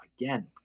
again